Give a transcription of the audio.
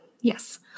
Yes